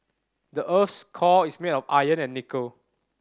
the earth's core is made of iron and nickel